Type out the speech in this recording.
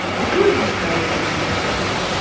if you were to describe him in three words,